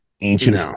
ancient